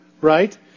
right